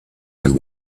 and